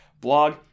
blog